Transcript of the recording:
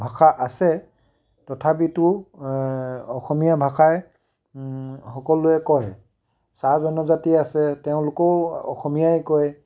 ভাষা আছে তথাপিতো অসমীয়া ভাষাই সকলোৱে কয় চাহ জনজাতি আছে তেওঁলোকেও অসমীয়াই কয়